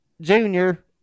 Junior